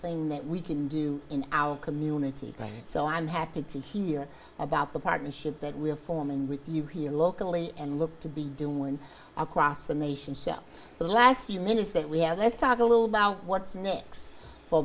thing that we can do in our community so i'm happy to hear about the partnership that we're forming with you here locally and look to be doing across the nation so the last few minutes that we have let's talk a little about what's next f